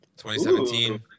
2017